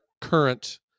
current